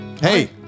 hey